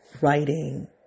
Writing